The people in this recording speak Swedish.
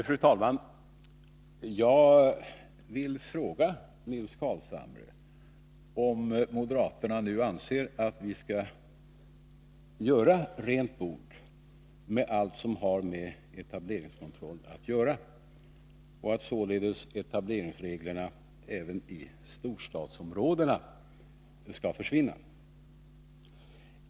Fru talman! Jag vill fråga Nils Carlshamre om moderaterna nu anser att vi skall göra rent bord med allt som har med etableringskontroll att göra och att således etableringskontrollen även i storstadsområdena skall försvinna.